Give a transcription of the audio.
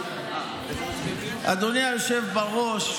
אדוני היושב בראש,